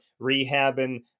rehabbing